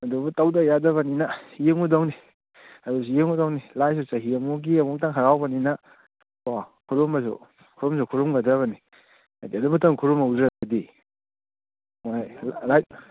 ꯑꯗꯨꯕꯨ ꯇꯧꯗ ꯌꯥꯗꯕꯅꯤꯅ ꯌꯦꯡꯉꯨꯗꯧꯅꯤ ꯑꯗꯨꯁꯨ ꯌꯦꯡꯉꯨꯗꯧꯅꯤ ꯂꯥꯏꯁꯨ ꯆꯍꯤ ꯑꯃꯒꯤ ꯑꯃꯨꯛꯇꯪ ꯍꯔꯥꯎꯕꯅꯤꯅ ꯀꯣ ꯈꯨꯔꯨꯝꯕꯁꯨ ꯈꯨꯔꯨꯝꯁꯨ ꯈꯨꯔꯨꯝꯒꯗꯕꯅꯤ ꯍꯥꯏꯗꯤ ꯑꯗꯨ ꯃꯇꯝꯗ ꯈꯨꯔꯨꯝꯍꯧꯗ꯭ꯔꯗꯤ ꯍꯣꯏ ꯂꯥꯏ